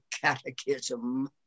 catechism